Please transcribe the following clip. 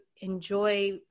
enjoy